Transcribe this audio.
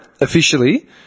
Officially